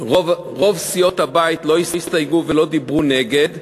רוב סיעות הבית לא הסתייגו ולא דיברו נגד.